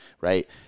right